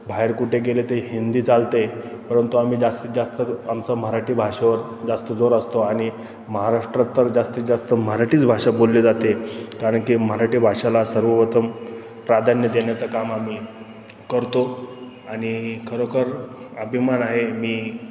बाहेर कुठे गेले ते हिंदी चालते परंतु आम्ही जास्तीत जास्त आमचं मराठी भाषेवर जास्त जोर असतो आणि महाराष्ट्रात तर जास्तीत जास्त मराठीच भाषा बोलली जाते कारण की मराठी भाषेला सर्वोतम प्राधान्य देन्याचं काम आम्ही करतो आणि खरोखर अभिमान आहे मी